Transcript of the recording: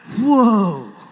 Whoa